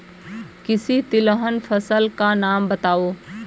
किसी तिलहन फसल का नाम बताओ